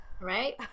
right